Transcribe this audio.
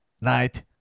Night